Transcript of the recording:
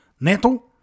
Neto